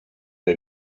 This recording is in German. der